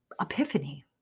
epiphany